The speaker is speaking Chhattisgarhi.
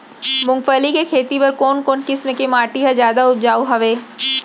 मूंगफली के खेती बर कोन कोन किसम के माटी ह जादा उपजाऊ हवये?